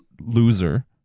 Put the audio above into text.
loser